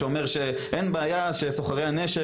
שאומר שאין בעיה שיסחרו בנשק,